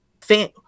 fan